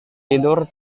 tidur